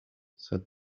said